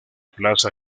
plaza